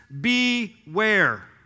Beware